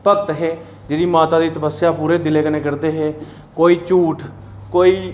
भक्त हे जेह्ड़े माता दी तपस्या पूरे दिलै कन्नै करदे हे कोई झूठ कोई